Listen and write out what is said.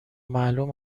معلوم